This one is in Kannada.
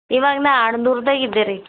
ಈವಾಗ ನಾನು ಆಣದೂರದಾಗ ಇದ್ದೇರಿ